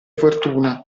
fortuna